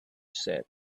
said